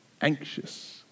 anxious